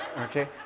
Okay